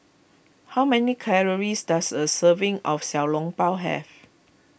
how many calories does a serving of Xiao Long Bao have